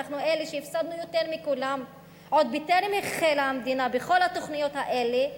אנחנו אלה שהפסדנו יותר מכולם עוד בטרם החלה המדינה בכל התוכניות האלה,